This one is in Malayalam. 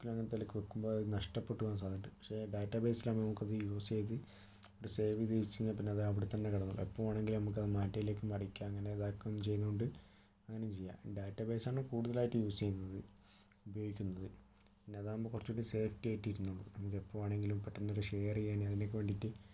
ബുക്കില് അങ്ങനത്തെ ഇതിലൊക്കെ വെക്കുമ്പോൾ അത് നഷ്ടപ്പെട്ട് പോകാൻ സാധ്യതയുണ്ട് പക്ഷെ ഡാറ്റാബേസിൽ ആകുമ്പോൾ നമുക്കൊന്ന് യൂസ് ചെയ്തു സേവ് ചെയ്തു വെച്ച് കഴിഞ്ഞാൽ പിന്നെ അത് അവിടെ തന്നെ കിടന്നോളും എപ്പോൾ വേണമെങ്കിലും നമുക്കത് മറ്റേതിലേക്ക് മറിക്കാം അങ്ങനെ ചെയ്യുന്നത് കൊണ്ട് അങ്ങനെയും ചെയ്യാം ഡാറ്റാ ബേസ് ആണ് കൂടുതലായിട്ടും യൂസ് ചെയ്യുന്നത് ഉപയോഗിക്കുന്നത് പിന്നെ അതാകുമ്പോൾ കുറച്ചുകൂടി സേഫ്റ്റി ആയിട്ട് ഇരുന്നോളും നമുക്ക് എപ്പോൾ വേണമെങ്കിലും പെട്ടെന്ന് അത് ഷെയർ ചെയ്യാൻ അതിനൊക്കെ വേണ്ടിയിട്ട്